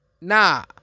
nah